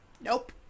Nope